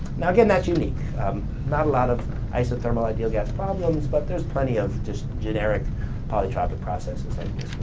now again, that's unique not a lot of isothermal ideal gas problems, but there's plenty of just generic polytropic processes